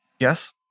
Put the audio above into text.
yes